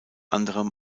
anderem